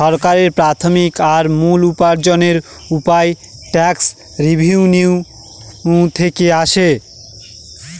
সরকারের প্রাথমিক আর মূল উপার্জনের উপায় ট্যাক্স রেভেনিউ থেকে আসে